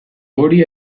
hori